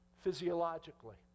physiologically